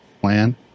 plan